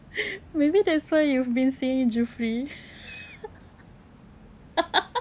maybe that's why you've been seeing jufri